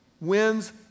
wins